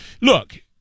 Look